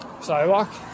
Sidewalk